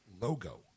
logo